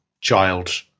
child